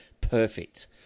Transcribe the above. perfect